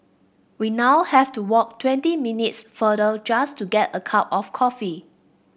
we now have to walk twenty minutes farther just to get a cup of coffee